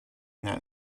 that